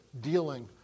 dealing